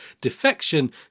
defection